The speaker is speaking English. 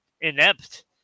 inept